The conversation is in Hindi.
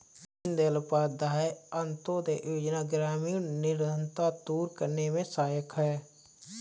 दीनदयाल उपाध्याय अंतोदय योजना ग्रामीण निर्धनता दूर करने में सहायक है